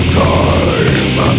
time